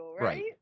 right